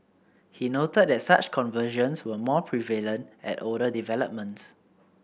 he noted that such conversions were more prevalent at older developments